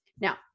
Now